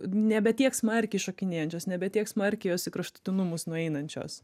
nebe tiek smarkiai šokinėjančios nebe tiek smarkiai jos į kraštutinumus nueinančios